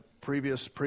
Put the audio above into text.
previous